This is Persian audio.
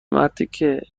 مرتیکه